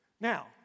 now